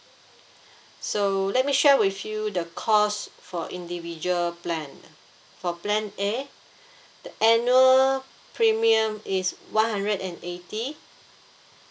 so let me share with you the cost for individual plan for plan A the annual premium is one hundred and eighty